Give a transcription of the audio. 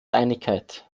einigkeit